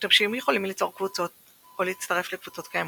משתמשים יכולים ליצור קבוצות או להצטרף לקבוצות קיימות.